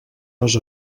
les